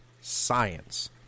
science